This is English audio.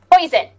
Poison